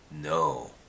No